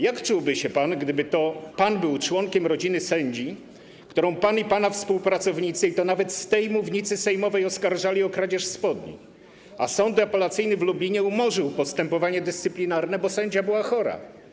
Jak czułby się pan, gdyby to pan był członkiem rodziny sędzi, którą pan i pana współpracownicy, i to nawet z tej mównicy sejmowej, oskarżali o kradzież spodni, a Sąd Apelacyjny w Lublinie umorzył postępowanie dyscyplinarne, bo sędzia była chora?